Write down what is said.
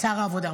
שר העבודה.